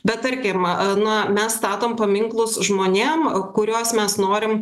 bet tarkim a na mes statom paminklus žmonėm kuriuos mes norim